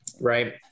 right